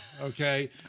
Okay